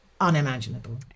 unimaginable